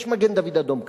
יש מגן-דוד אדום קטן.